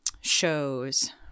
shows